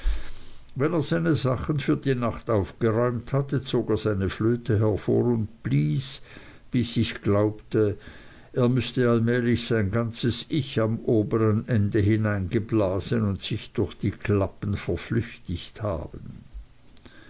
wenn er seine sachen für die nacht aufgeräumt hatte zog er seine flöte hervor und blies bis ich glaubte er müßte allmählich sein ganzes ich am obern ende hineingeblasen und sich durch die klappen verflüchtigt haben